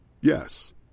Yes